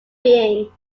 being